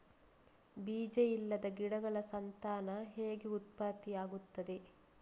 ಬೀಜ ಇಲ್ಲದ ಗಿಡಗಳ ಸಂತಾನ ಹೇಗೆ ಉತ್ಪತ್ತಿ ಆಗುತ್ತದೆ?